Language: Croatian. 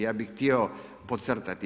Ja bi htio podcrtati.